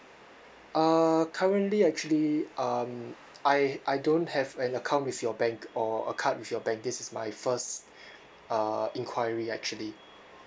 uh currently actually um I I don't have an account with your bank or a card with your bank this is my first uh inquiry actually